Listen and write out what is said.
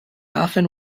often